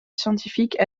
scientifiques